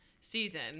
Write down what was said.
season